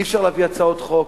אי-אפשר להביא הצעות חוק.